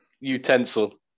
utensil